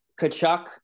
Kachuk